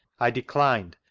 i declined,